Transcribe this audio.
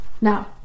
Now